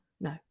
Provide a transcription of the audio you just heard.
No